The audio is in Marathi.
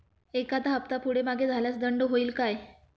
एखादा हफ्ता पुढे मागे झाल्यास दंड होईल काय?